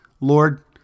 Lord